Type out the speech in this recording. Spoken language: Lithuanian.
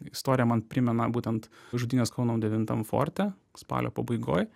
istorija man primena būtent žudynes kauno devintam forte spalio pabaigoj